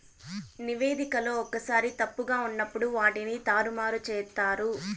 నివేదికలో ఒక్కోసారి తప్పుగా ఉన్నప్పుడు వాటిని తారుమారు చేత్తారు